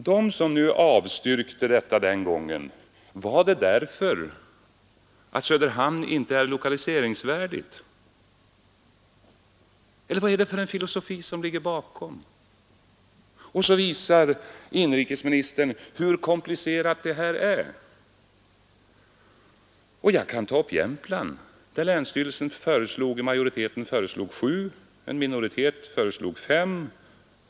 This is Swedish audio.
Nu vill jag fråga dem som avstyrkte den gången: Var det därför att Söderhamn inte är lokaliseringsvärdigt? Eller vad är det för filosofi som ligger bakom? Inrikesministern visar hur komplicerat det här är. Jag kan ta upp Jämtland, där majoriteten i länsstyrelsen föreslog sju orter och en minoritet föreslog fem orter.